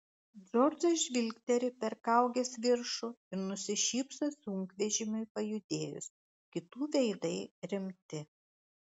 džordžas žvilgteli per kaugės viršų ir nusišypso sunkvežimiui pajudėjus kitų veidai rimti